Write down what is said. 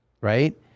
right